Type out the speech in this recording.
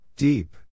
Deep